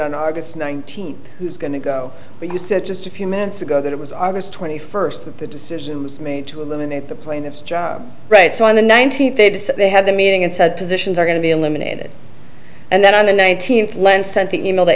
on august nineteenth who's going to go but you said just a few minutes ago that it was august twenty first that the decision was made to eliminate the plaintiff's right so on the nineteenth they had a meeting and said positions are going to be eliminated and then on the nineteenth len sent the e mail to